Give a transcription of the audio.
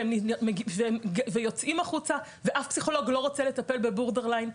והן יוצאות החוצה ואף פסיכולוג לא רוצה לטפל בבורדרליין.